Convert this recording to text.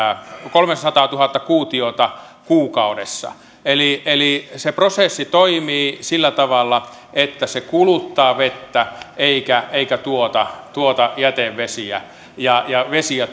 kolmesataatuhatta kuutiota kuukaudessa eli eli se prosessi toimii sillä tavalla että se kuluttaa vettä eikä tuota säilöttäväksi tuolle alueelle jätevesiä ja